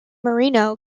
marino